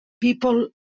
people